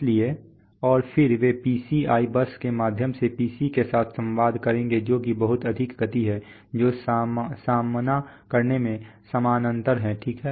इसलिए और फिर वे PCI बस के माध्यम से PC के साथ संवाद करेंगे जो कि बहुत अधिक गति है जो सामना करने में समानांतर है ठीक है